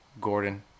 Gordon